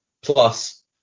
Plus